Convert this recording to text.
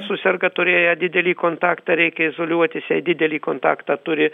suserga turėjo didelį kontaktą reikia izoliuotis jei didelį kontaktą turi